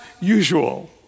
usual